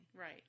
Right